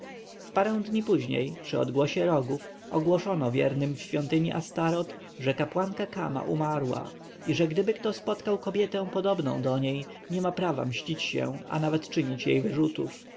parę dni później przy odgłosie rogów ogłoszono wiernym w świątyni astoreth że kapłanka kama umarła i że gdyby kto spotkał kobietę podobną do niej nie ma prawa mścić się a nawet czynić jej wyrzutów